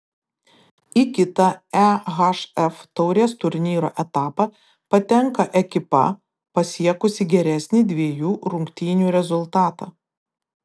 į kitą ehf taurės turnyro etapą patenka ekipa pasiekusi geresnį dviejų rungtynių rezultatą